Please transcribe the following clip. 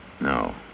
No